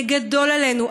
זה גדול עלינו.